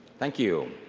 thank you.